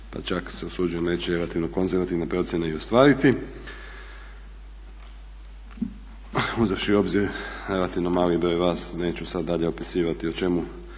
pa čak se usuđujem reći relativno konzervativne procjene i ostvariti. Uzevši u obzir relativno mali broj vas neću sad dalje opisivati o čemu